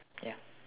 ya